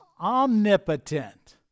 omnipotent